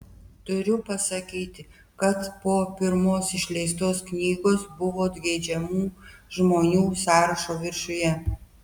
turiu pasakyti kad po pirmos išleistos knygos buvot geidžiamų žmonių sąrašo viršuje